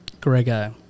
Gregor